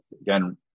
again